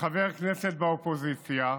כחבר כנסת באופוזיציה,